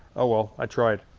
oh well, i tried.